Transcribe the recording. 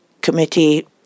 committee